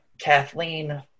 Kathleen